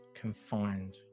Confined